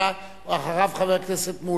חבר הכנסת טיבייב, בבקשה.